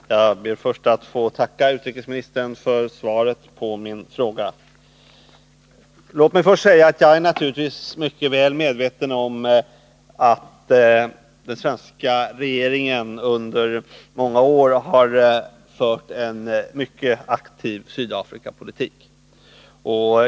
Herr talman! Jag ber först att få tacka utrikesministern för svaret på min fråga. Låt mig till att börja med säga att jag naturligtvis är mycket väl medveten om att den svenska regeringen under många år har fört en mycket aktiv Sydafrikapolitik.